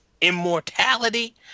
immortality